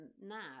now